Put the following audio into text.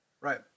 Right